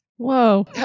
Whoa